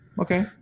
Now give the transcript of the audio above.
Okay